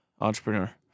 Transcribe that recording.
Entrepreneur